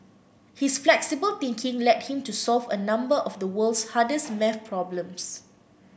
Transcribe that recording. his flexible thinking led him to solve a number of the world's hardest math problems